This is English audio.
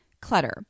Clutter